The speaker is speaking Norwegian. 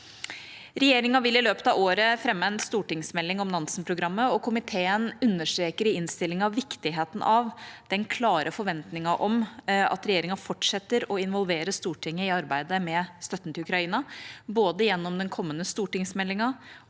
Regjeringa vil i løpet av året fremme en stortingsmelding om Nansen-programmet, og komiteen understreker i innstillinga viktigheten av den klare forventningen om at regjeringa fortsetter å involvere Stortinget i arbeidet med støtten til Ukraina, gjennom både den kommende stortingsmeldinga,